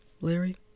Larry